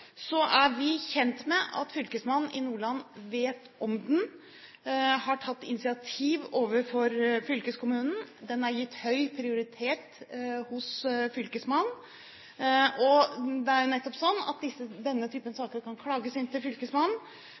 er vi kjent med at fylkesmannen i Nordland vet om den og har tatt initiativ overfor fylkeskommunen. Den er gitt høy prioritet hos fylkesmannen. Denne type saker kan klages inn til fylkesmannen, men fylkesmannen kan